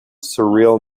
surreal